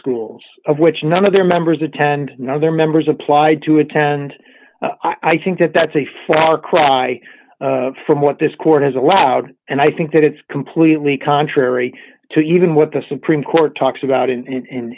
schools of which none of their members attend another member's applied to attend i think that that's a far cry from what this court has allowed and i think that it's completely contrary to even what the supreme court talks about in